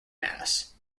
mass